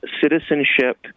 citizenship